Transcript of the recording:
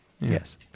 Yes